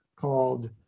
Called